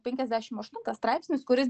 penkiasdešim aštuntas straipsnis kuris